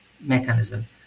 mechanism